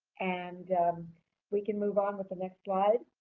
and we can move on with the next slide.